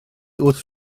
wrth